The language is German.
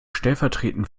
stellvertretend